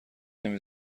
نمی